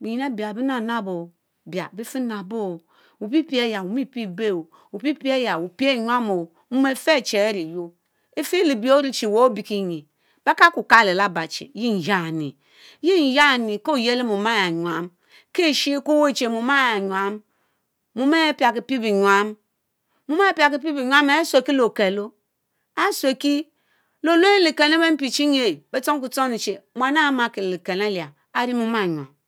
bienyin Ɛbia bie náp nápooo; bia biefinabooo opiepie eya omi pie Ɛbehoo opiepie eya opie enyam ohh mom afeh arẽ chẽ ehh imie yuorr; efilebi oruechi wéy obiekienyie, bekalku kalu laba cheh yenyanni, yenyamni ko oyeli mom ehh enyam kie Eshie Ɛkueweh chi mom ahh Enyam. Mom aré piaki pie bienyam ehh suelki le okelo, A sueki lé olue leken le mpi chinyeh beh tchunkie tchoni chie muan ehh amaki le liken ahh arẽ rie mom ehh enyam.,